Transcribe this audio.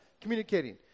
communicating